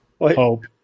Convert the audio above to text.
hope